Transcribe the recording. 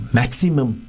maximum